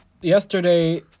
yesterday